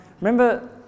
remember